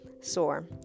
sore